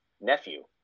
nephew